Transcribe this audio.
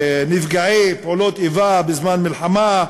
נפגעי פעולות איבה בזמן מלחמה,